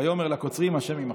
"ויאמר לקוצרים ה' עמכם".